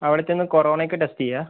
അവിടെ ചെന്ന് കോറോണയ്ക്ക് ടെസ്റ്റ് ചെയ്യുക